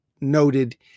noted